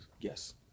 Yes